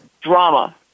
drama